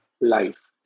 life